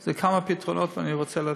זה כמה פתרונות, ואני רוצה להתחיל: